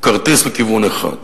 כרטיס לכיוון אחד.